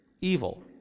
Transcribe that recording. evil